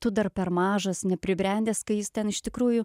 tu dar per mažas nepribrendęs kai jis ten iš tikrųjų